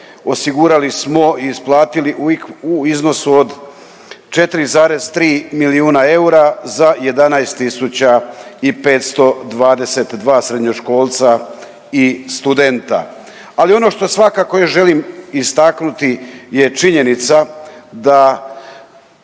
osigurali smo i isplatili u iznosu od 4,3 milijuna eura za 11 tisuća i 522 srednjoškolca i studenta, ali ono što svakako još želim istaknuti je činjenica da